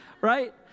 Right